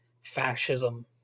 fascism